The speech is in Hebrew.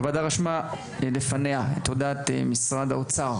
הוועדה רשמה לפניה את הודעת משרד האוצר,